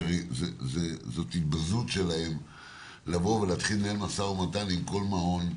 כי הרי זאת התבזות שלהם לבוא ולנהל משא ומתן עם כל מעון,